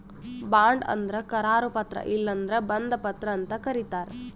bond ಅಂದ್ರ ಕರಾರು ಪತ್ರ ಇಲ್ಲಂದ್ರ ಬಂಧ ಪತ್ರ ಅಂತ್ ಕರಿತಾರ್